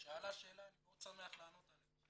היא שאלה שאלה, אני מאוד שמח לענות עליה.